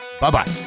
Bye-bye